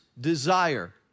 desire